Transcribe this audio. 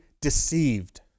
deceived